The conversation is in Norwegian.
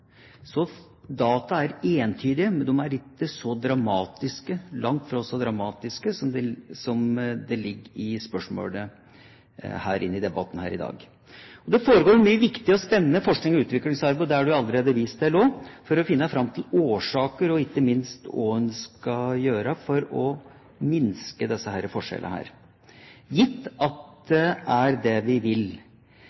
Så data er entydige, men de er langt fra så dramatiske som det som går fram av spørsmålet i debatten her i dag. Det foregår mye viktig og spennende forsknings- og utviklingsarbeid – det er det jo også allerede vist til – for å finne fram til årsakene til disse forskjellene og ikke minst hva en skal gjøre for å minske dem, gitt at